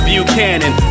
Buchanan